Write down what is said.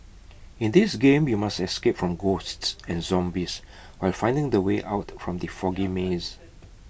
in this game you must escape from ghosts and zombies while finding the way out from the foggy maze